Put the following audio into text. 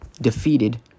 defeated